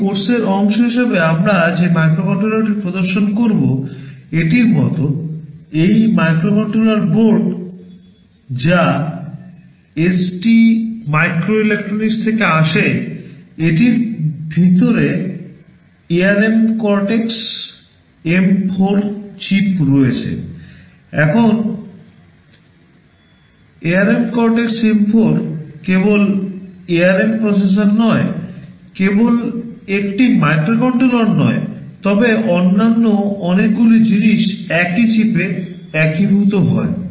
এই কোর্সের অংশ হিসাবে আমরা যে মাইক্রোকন্ট্রোলারটি প্রদর্শন করব এটির মতো এই মাইক্রোকন্ট্রোলার বোর্ড যা এসটি মাইক্রো ইলেক্ট্রনিক্স থেকে আসে এটির ভিতরে এআরএম কর্টেক্স এম 4 চিপ নয় কেবল একটি মাইক্রোকন্ট্রোলার নয় তবে অন্যান্য অনেকগুলি জিনিস একই চিপে একীভূত হয়